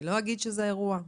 לא אגיד שזה אירוע כזה?